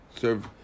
serve